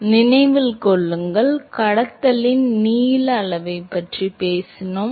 எனவே நினைவில் கொள்ளுங்கள் கடத்தலில் நீள அளவைப் பற்றி பேசினோம்